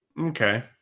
Okay